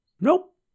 Nope